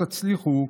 אין לכם סיכוי.